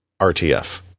RTF